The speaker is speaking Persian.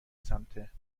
سمت